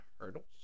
hurdles